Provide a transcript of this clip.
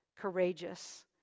courageous